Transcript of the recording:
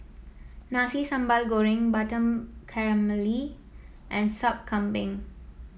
Nasi Sambal Goreng Butter Calamari and Sup Kambing